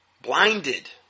Blinded